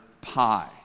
pi